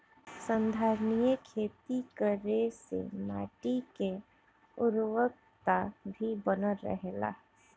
संधारनीय खेती करे से माटी के उर्वरकता भी बनल रहेला